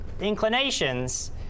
inclinations